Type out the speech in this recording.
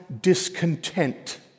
discontent